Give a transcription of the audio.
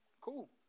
cool